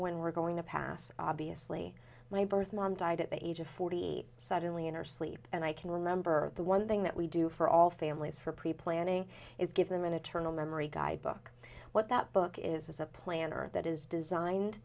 when we're going to pass obviously my birth mom died at the age of forty suddenly in her sleep and i can remember the one thing that we do for all families for pre planning is give them an eternal memory guidebook what that book is as a planner that is designed